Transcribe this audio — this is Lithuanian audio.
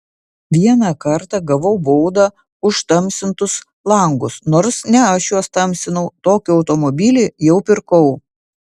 vieną kartą gavau baudą už tamsintus langus nors ne aš juos tamsinau tokį automobilį jau pirkau